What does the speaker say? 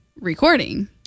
recording